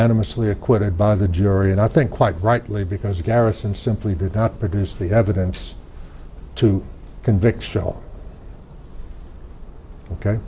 unanimously acquitted by the jury and i think quite rightly because garrison simply did not produce the evidence to convict show ok